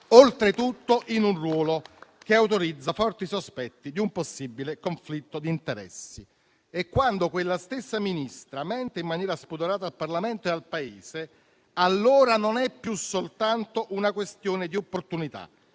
oltretutto in un ruolo che autorizza forti sospetti di un possibile conflitto di interessi. Quando quella stessa Ministra mente in maniera spudorata al Parlamento e al Paese, allora non è più soltanto una questione di opportunità: